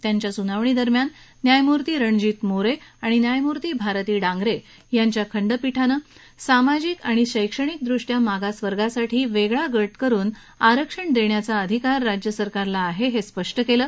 त्यांच्या स्नावणी दरम्यान न्यायमूर्ती रणजित मोरे आणि न्यायमूर्ती भारती डांगरे यांच्या खंडपीठानं सामाजिक आणि शैक्षणिकृष्टया मागास वर्गासाठी वेगळा गट करुन आरक्षण देण्याचा अधिकार राज्य सरकारला आहे असं स्पष्ट केलं